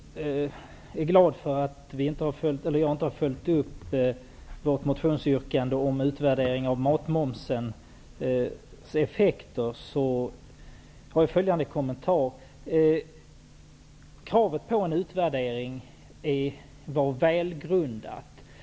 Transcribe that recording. Herr talman! Jan Backman är glad för att jag inte har följt upp vårt motionsyrkande om uppföljning av matmomsens effekter. Kravet på en utvärdering var väl grundat.